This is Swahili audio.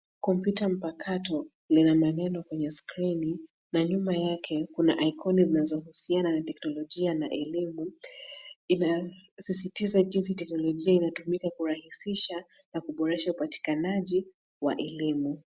Kompyuta mpakato lina maneno kwenye skrini na nyuma yake kuna aikoni zinazohusiana na teknolojia na elimu inayosisitiza jinsi teknolojia inavyotumika kurahisisha na kuboresha upatikanaji wa elimu.